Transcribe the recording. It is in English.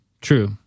True